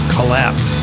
Collapse